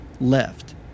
left